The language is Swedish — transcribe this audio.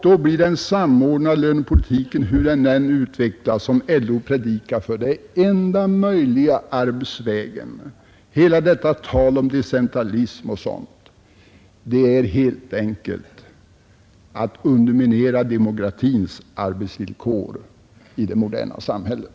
Då blir den samordnade lönepolitiken, den som LO predikar, hur den än utvecklas, den enda möjliga arbetsvägen. Hela detta tal om decentralism är helt enkelt att underminera demokratins arbetsvillkor i det moderna samhället.